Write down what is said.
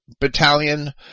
battalion